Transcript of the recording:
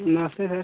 नमस्ते सर